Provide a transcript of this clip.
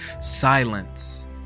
Silence